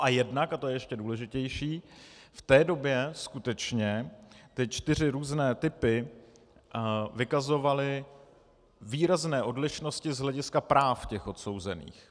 A jednak, a to je ještě důležitější, v té době skutečně ty čtyři různé typy vykazovaly výrazné odlišnosti z hlediska práv těch odsouzených.